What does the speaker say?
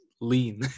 lean